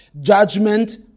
judgment